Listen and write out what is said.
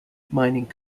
mining